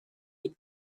des